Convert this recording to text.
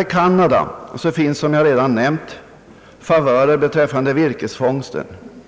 I Kanada lämnas, som jag redan nämnt, favörer beträffande virkesfångsten.